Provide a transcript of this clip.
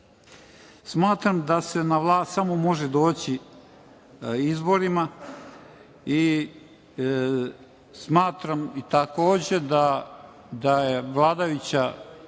da se na vlast samo može doći izborima i smatram takođe da je vladajuća